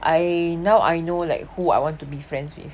I now I know like who I want to be friends with